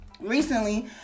recently